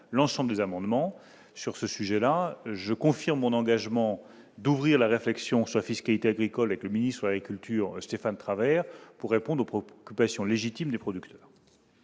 l'ensemble des amendements sur ce sujet-là, je confirme mon engagement d'ouvrir la réflexion soit fiscalité agricole et que le ministre agriculture Stéphane Travert pour répondre aux préoccupations légitimes les producteurs.